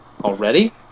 already